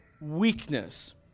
weakness